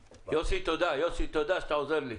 יוסי, תודה שאתה עוזר לי.